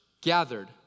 gathered